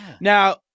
Now